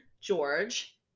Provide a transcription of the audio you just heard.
george